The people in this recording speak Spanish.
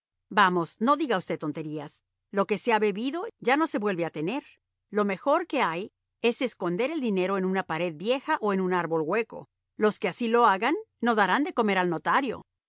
vamos no diga usted tonterías lo que se ha bebido ya no se vuelve a tener lo mejor que hay es esconder el dinero en una pared vieja o en un árbol hueco los que así lo hagan no darán de comer al notario